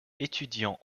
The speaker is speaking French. étudiants